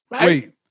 Wait